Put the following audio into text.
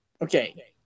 Okay